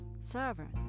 servant